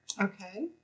Okay